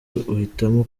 uhitamo